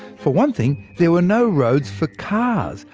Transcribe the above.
for one thing, there were no roads for cars,